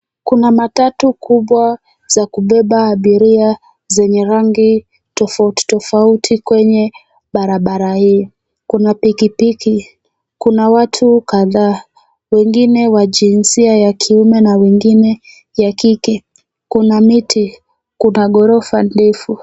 Kuna matatu kubwa za kubeba abiria zenye rangi tofauti tofauti kwenye barabara hii. Kuna pikipiki, kuna watu kadhaa wengine wa jinsia ya kiume na wengine ya kike. Kuna miti, kuna ghorofa ndefu.